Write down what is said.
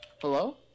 Hello